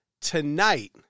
tonight